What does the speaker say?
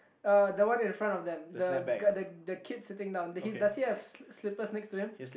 uh the one in front on them the guy the the kid sitting down he he does he have s~ slippers next to him